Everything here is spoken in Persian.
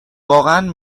واقعا